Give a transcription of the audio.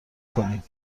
کنیم